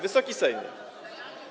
Wysoki Sejmie!